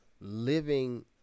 living